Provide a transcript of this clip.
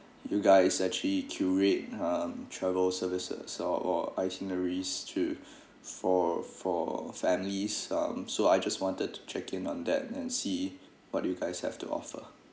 you guys actually query um travel services or or itineraries to for for families um so I just wanted to check in on that and see what do you guys have to offer